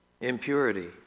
impurity